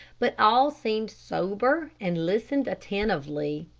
but all seemed sober and listened attentively.